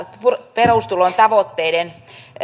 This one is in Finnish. perustulon tavoitteiden